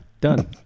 Done